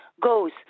goes